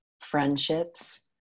friendships